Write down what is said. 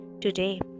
Today